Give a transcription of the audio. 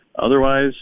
Otherwise